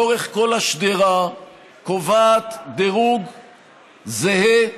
לאורך כל השדרה קובעת דירוג זהה,